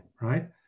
right